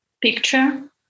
picture